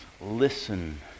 listen